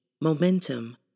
momentum